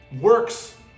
Works